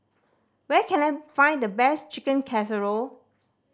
where can I find the best Chicken Casserole